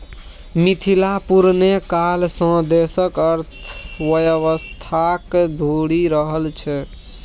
मिथिला पुरने काल सँ देशक अर्थव्यवस्थाक धूरी रहल छै